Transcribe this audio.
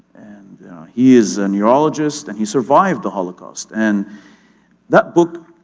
and he is a neurologist, and he survived the holocaust. and that book,